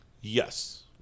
Yes